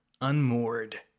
unmoored